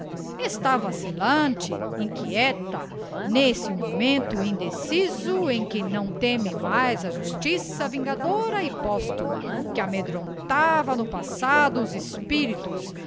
está vacillante inquieta n'esse momento indeciso em que não teme mais a justiça vingadora e posthuma que amedrontava no passado os espíritos